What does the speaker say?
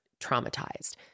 traumatized